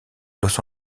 los